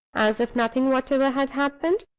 as if nothing whatever had happened,